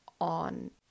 on